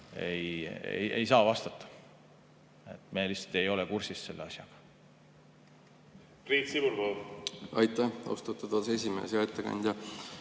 ei saa vastata. Me lihtsalt ei ole kursis selle asjaga.